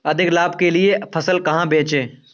अधिक लाभ के लिए फसल कहाँ बेचें?